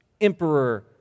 Emperor